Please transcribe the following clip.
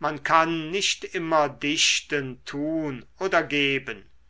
man kann nicht immer dichten tun oder geben